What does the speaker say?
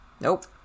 Nope